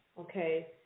okay